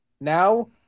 Now